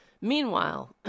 Meanwhile